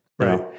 Right